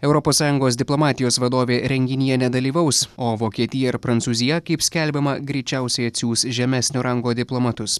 europos sąjungos diplomatijos vadovė renginyje nedalyvaus o vokietija ir prancūzija kaip skelbiama greičiausiai atsiųs žemesnio rango diplomatus